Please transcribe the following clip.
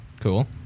cool